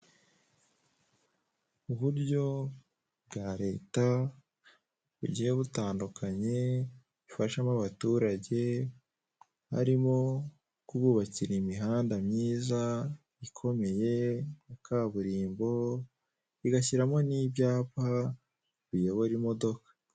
Uburo bwa leta bugiye butandukanye ifashamo abaturage harimo kububakira imihanda myiza ikomeye ya kaburimbo, igashyiramo n'ibyapa biyobora imodoka.